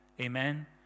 Amen